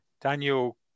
Daniel